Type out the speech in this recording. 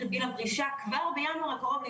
עד